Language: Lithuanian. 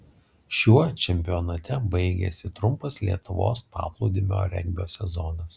šiuo čempionate baigėsi trumpas lietuvos paplūdimio regbio sezonas